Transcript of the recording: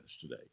today